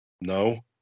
No